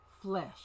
flesh